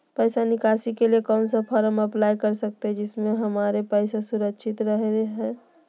पैसा निकासी के लिए कौन सा फॉर्म अप्लाई कर सकते हैं जिससे हमारे पैसा सुरक्षित रहे हैं?